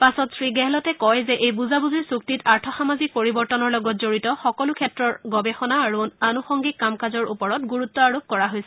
পাছত শ্ৰীগেহলটে কয় যে এই বুজাবজিৰ চুক্তিত আৰ্থসামাজিক পৰিৱৰ্তনৰ লগত জড়িত সকলো ক্ষেত্ৰৰ গৱেষণা আৰু আনুসংগিক কাম কাজৰ ওপৰত গুৰুত্ব আৰোপ কৰা হৈছে